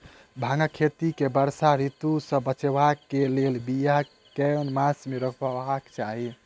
भांगक खेती केँ वर्षा ऋतु सऽ बचेबाक कऽ लेल, बिया केँ मास मे रोपबाक चाहि?